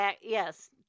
Yes